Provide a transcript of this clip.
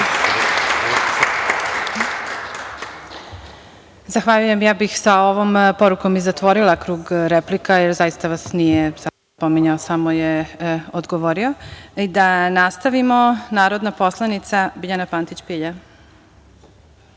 Zahvaljujem, ja bih sa ovom porukom i zatvorila krug replika jer zaista vas nije pominjao, samo je odgovorio. Narodna poslanica, Biljana Pantić Pilja.